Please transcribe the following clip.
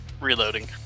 Reloading